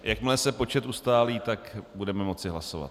Jakmile se počet ustálí, tak budeme moci hlasovat.